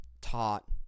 taught